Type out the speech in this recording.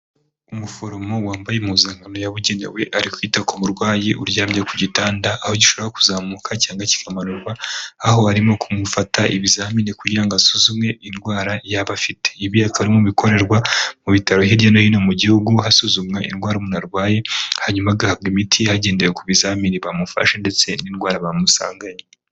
Umuforomo wambaye impuzankano yabugenewe ari kwita ku burwayi uryamye ku gitanda aho gishobora kuzamuka cyangwa kikamanurwa aho arimo kumufata ibizamini kugira ngo asuzumwe indwara yaba afite ibikoramo bikorerwa mu bitaro hirya no hino mu gihugu hasuzumwa indwara umuntu arwaye hanyuma agahabwa imiti hagendewe ku bizamini bamufashe ndetse n'indwara bamusanganye.